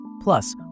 Plus